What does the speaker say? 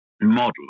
model